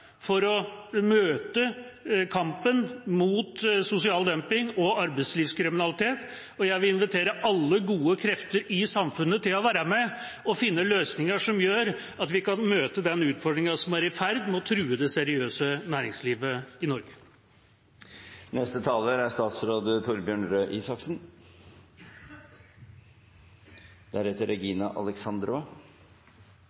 for å møte kampen mot sosial dumping og arbeidslivkriminalitet, og jeg vil invitere alle gode krefter i samfunnet til å være med og finne løsninger som gjør at vi kan møte den utfordringa som er i ferd med å true det seriøse næringslivet i Norge.